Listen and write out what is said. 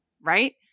Right